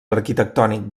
arquitectònic